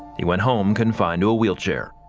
he went home confined to a wheelchair.